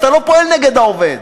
אתה לא פועל נגד העובד.